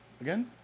Again